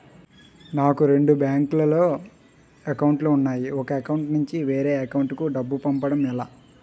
నాకు రెండు బ్యాంక్ లో లో అకౌంట్ లు ఉన్నాయి ఒక అకౌంట్ నుంచి వేరే అకౌంట్ కు డబ్బు పంపడం ఎలా?